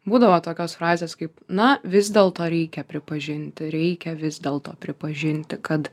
būdavo tokios frazės kaip na vis dėlto reikia pripažinti reikia vis dėlto pripažinti kad